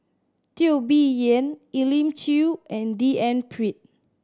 Teo Bee Yen Elim Chew and D N Pritt